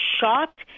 shot